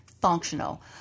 functional